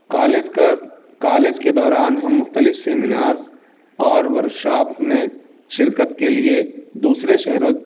college کا college کے دوران ہم مختلف سیمینارس اور ورک شاپ میں شرکت کے لیے دوسرے شہروں